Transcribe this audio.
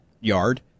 yard